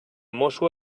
mosso